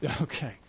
Okay